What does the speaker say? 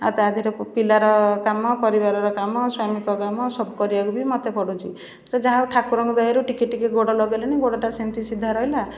ଆଉ ତା'ଧିଏରେ ପିଲାର କାମ ପରିବାରର କାମ ସ୍ୱାମୀଙ୍କ କାମ ସବୁ କରିବାକୁ ବି ମୋତେ ପଡ଼ୁଛି ତ ଯାହା ହେଉ ଠାକୁରଙ୍କ ଦୟାରୁ ଟିକେ ଟିକେ ଗୋଡ଼ ଲଗେଇଲେଣି ଗୋଡ଼ଟା ସେମତି ସିଧା ରହିଲା